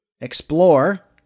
explore